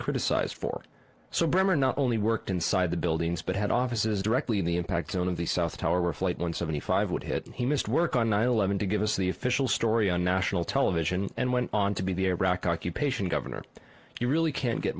criticized for so bremmer not only worked inside the buildings but had offices directly in the impact zone of the south tower or flight one seventy five would hit and he missed work on nine eleven to give us the official story on national television and went on to be the iraq occupation governor you really can't get